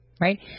right